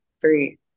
three